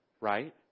Right